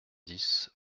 dix